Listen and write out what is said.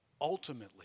Ultimately